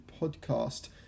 podcast